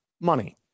money